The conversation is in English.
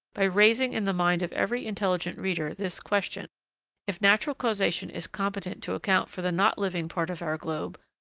by raising in the mind of every intelligent reader this question if natural causation is competent to account for the not-living part of our globe,